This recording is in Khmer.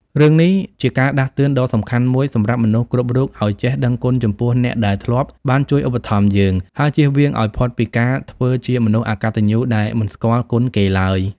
រឿងនេះជាការដាស់តឿនដ៏សំខាន់មួយសម្រាប់មនុស្សគ្រប់រូបឲ្យចេះដឹងគុណចំពោះអ្នកដែលធ្លាប់បានជួយឧបត្ថម្ភយើង ហើយចៀសវាងឲ្យផុតពីការធ្វើជាមនុស្សអកតញ្ញូដែលមិនស្គាល់គុណគេឡើយ។